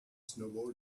snowball